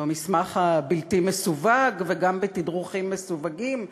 במסמך הבלתי-מסווג וגם בתדרוכים מסווגים,